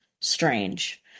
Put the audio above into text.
strange